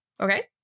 Okay